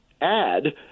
add